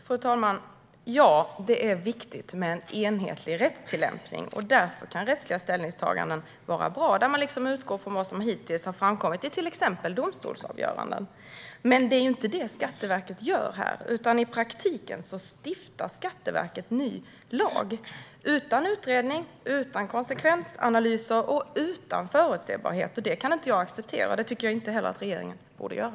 Fru talman! Ja, det är viktigt med en enhetlig rättstillämpning. Därför kan rättsliga ställningstaganden vara bra när man utgår från vad som hittills har framkommit i till exempel domstolsavgöranden. Men det är inte det Skatteverket gör här. Skatteverket stiftar i praktiken ny lag - utan utredning, utan konsekvensanalyser och utan förutsägbarhet. Det kan jag inte acceptera, och det tycker jag inte att regeringen heller borde göra.